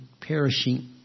perishing